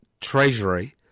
treasury